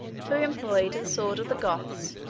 who employed the sword of the goths,